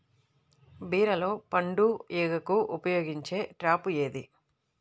బీరలో పండు ఈగకు ఉపయోగించే ట్రాప్ ఏది?